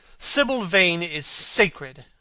sibyl vane is sacred!